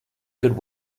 good